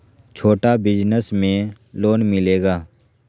छोटा बिजनस में लोन मिलेगा?